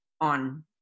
on